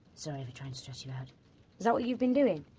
sorry. for trying to stress you out. is that what you've been doing?